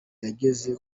yageze